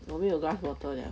我们有 glass bottle liao